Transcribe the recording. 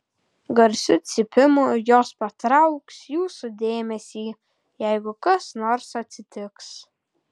garsiu cypimu jos patrauks jūsų dėmesį jeigu kas nors atsitiks